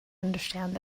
understand